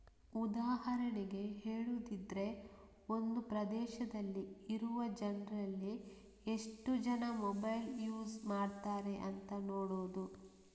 ಉದಾಹರಣೆಗೆ ಹೇಳುದಿದ್ರೆ ಒಂದು ಪ್ರದೇಶದಲ್ಲಿ ಇರುವ ಜನ್ರಲ್ಲಿ ಎಷ್ಟು ಜನ ಮೊಬೈಲ್ ಯೂಸ್ ಮಾಡ್ತಾರೆ ಅಂತ ನೋಡುದು